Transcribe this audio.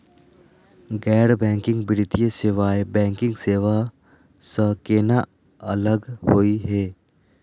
गैर बैंकिंग वित्तीय सेवाएं, बैंकिंग सेवा स केना अलग होई हे?